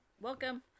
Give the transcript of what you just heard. welcome